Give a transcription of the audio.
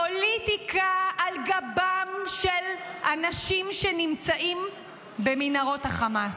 פוליטיקה על גבם של אנשים שנמצאים במנהרות החמאס,